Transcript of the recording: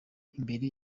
imbere